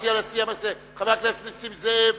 חבר הכנסת נסים זאב.